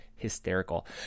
Hysterical